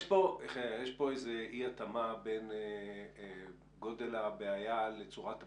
יש פה איזו אי התאמה בין גודל הבעיה לצורת הפתרון.